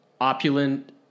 opulent